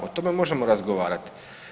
O tome možemo razgovarati.